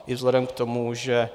I vzhledem k tomu, že